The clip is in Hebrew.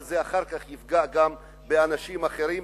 אבל אחר כך זה יפגע גם באנשים אחרים,